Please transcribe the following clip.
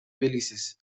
белгисиз